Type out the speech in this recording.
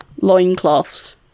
loincloths